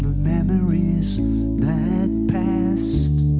memoryies that passed.